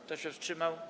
Kto się wstrzymał?